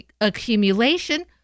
accumulation